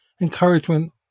encouragement